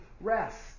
rest